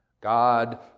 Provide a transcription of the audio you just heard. God